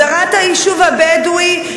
הסדרת היישוב הבדואי,